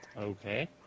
Okay